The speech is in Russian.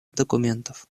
документов